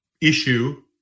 issue